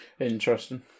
Interesting